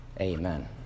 Amen